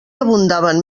abundaven